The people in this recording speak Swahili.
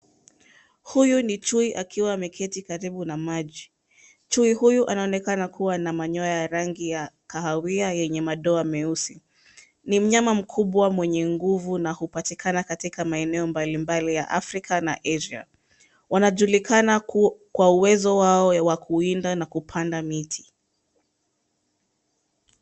Huyu ni chui akiwa ameketi karibu na maji. Chui huyu anaonekana kuwa na manyoya ya rangi kahawia yenye madoa meusi .Ni mnyama mkubwa mwenye nguvu na hupatikana katika maeneo mbalimbali ya Afrika na Asia. Wanajulikana kwa uwezo wao wa kuwinda na kupanda miti.